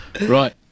Right